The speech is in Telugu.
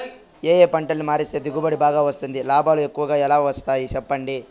ఏ ఏ పంటలని మారిస్తే దిగుబడి బాగా వస్తుంది, లాభాలు ఎక్కువగా ఎలా వస్తాయి సెప్పండి